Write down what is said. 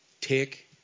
take